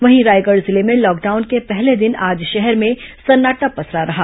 वहीं रायगढ़ जिले में लॉकडाउन के पहले दिन आज शहर में सन्नाटा पसरा रहा